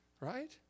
right